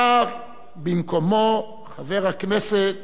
בא במקומו חבר הכנסת